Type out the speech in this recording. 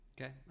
Okay